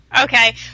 Okay